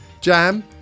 Jam